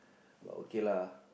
but okay lah